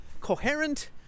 coherent